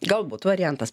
galbūt variantas